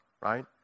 right